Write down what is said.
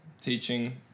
teaching